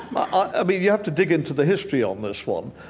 i mean, you have to dig into the history on this one.